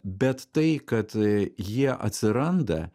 bet tai kad jie atsiranda